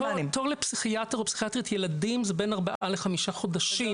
תור לפסיכיאטר או פסיכיאטרית ילדים זה בין ארבעה לחמישה חודשים.